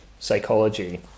psychology